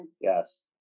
Yes